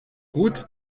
route